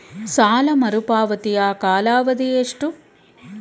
ಸಾಲ ಮರುಪಾವತಿಯ ಕಾಲಾವಧಿ ಎಷ್ಟು?